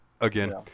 again